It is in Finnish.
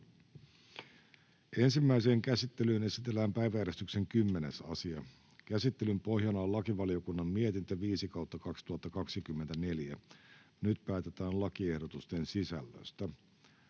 Ensimmäiseen käsittelyyn esitellään päiväjärjestyksen 10. asia. Käsittelyn pohjana on lakivaliokunnan mietintö LaVM 5/2024 vp. Nyt päätetään lakiehdotusten sisällöstä.